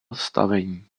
stavení